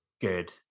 good